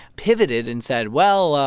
pivoted and said, well,